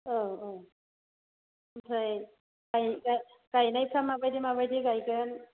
औ औ ओमफ्राय गायनायफ्रा माबायदि माबायदि गायगोन